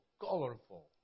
colorful